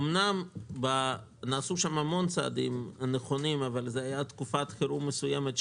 אמנם נעשו שם המון צעדים נכונים אבל זה היה בתקופת חירום מסוימת,